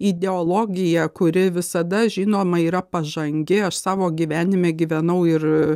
ideologija kuri visada žinoma yra pažangi aš savo gyvenime gyvenau ir